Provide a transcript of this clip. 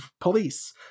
police